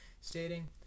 stating